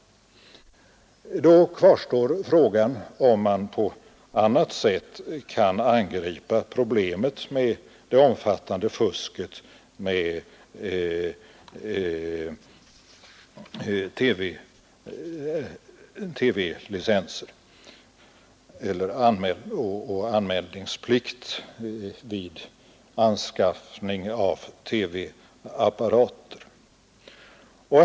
Då kvarstår frågan, om man på annat sätt än genom anmälningsplikt vid anskaffning av TV-apparater kan angripa problemet med det omfattande fusket med TV-licenser.